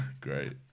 great